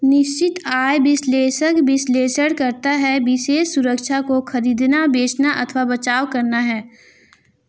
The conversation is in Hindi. निश्चित आय विश्लेषक विश्लेषण करता है विशेष सुरक्षा को खरीदना, बेचना अथवा बचाव करना है